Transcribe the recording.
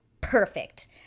perfect